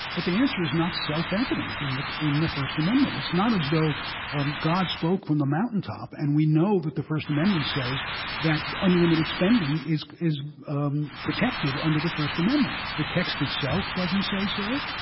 but the answer is not self-evident in the in the first amendment. it's not as though um god spoke from the mountaintop, and we know that the first amendment says that unlimited spending is is um protected under the first amendment. the text itself doesn't say so.